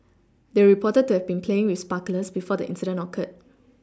they were reported to have been playing with sparklers before the incident occurred